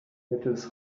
mittels